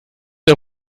der